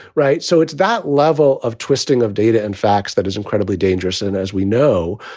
right. so it's that level of twisting of data and facts that is incredibly dangerous. and as we know,